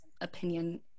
opinion